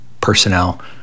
personnel